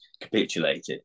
capitulated